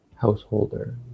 householder